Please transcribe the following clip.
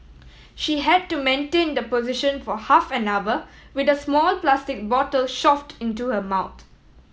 she had to maintain the position for half an hour with a small plastic bottle shoved into her mouth